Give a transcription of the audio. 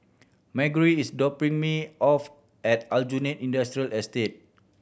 Margery is dropping me off at Aljunied Industrial Estate